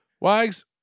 Wags